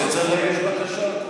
אתה רוצה, צריך להגיש בקשה כתובה.